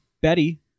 Betty